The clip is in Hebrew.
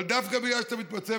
אבל דווקא בגלל שאתה מתמצא,